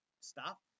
stop